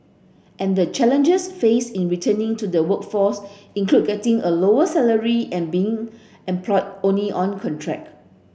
and the challenges faced in returning to the workforce include getting a lower salary and being employed only on contract